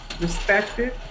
respected